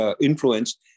influence